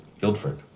Guildford